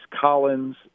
Collins